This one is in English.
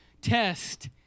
test